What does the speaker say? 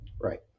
right